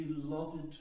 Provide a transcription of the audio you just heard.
beloved